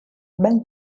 ben